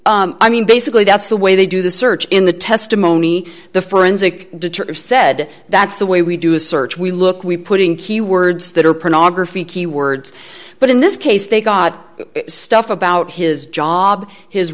i mean basically that's the way they do the search in the testimony the forensic detective said that's the way we do a search we look we putting keywords that are pretty key words but in this case they got stuff about his job his